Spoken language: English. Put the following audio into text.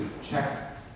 check